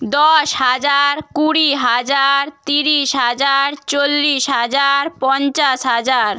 দশ হাজার কুড়ি হাজার তিরিশ হাজার চল্লিশ হাজার পঞ্চাশ হাজার